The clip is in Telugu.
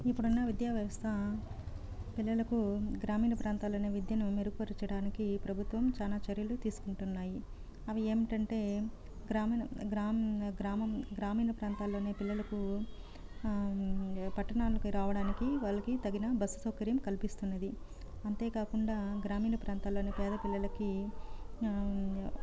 ఇప్పుడున్న విద్యావ్యవస్థ పిల్లలకు గ్రామీణ ప్రాంతాలలోని విద్యను మెరుగుపరచడానికి ప్రభుత్వం చాలా చర్యలు తీసుకుంటున్నాయి అవి ఏమిటంటే గ్రామీ గ్రామ గ్రామం గ్రామీణ ప్రాంతాలలోని పిల్లలకు పట్టణానికి రావడానికి వారికి తగిన బస్ సౌకర్యం కల్పిస్తున్నయది అంతే కాకుండా గ్రామీణ ప్రాంతాల్లోని పేద పిల్లలకి